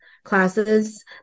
classes